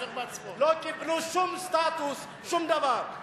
לא קיבלו שום סטטוס, שום דבר.